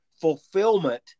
fulfillment